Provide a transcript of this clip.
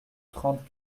trente